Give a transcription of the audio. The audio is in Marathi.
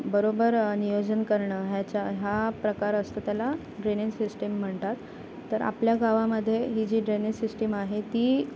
बरोबर नियोजन करणं ह्याच्या हा प्रकार असतो त्याला ड्रेनेज सिस्टीम म्हणतात तर आपल्या गावामध्ये ही जी ड्रेनेज सिस्टीम आहे ती